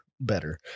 better